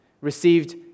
received